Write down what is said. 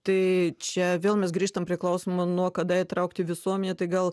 tai čia vėl mes grįžtam prie klausimo nuo kada įtraukti visuomenę tai gal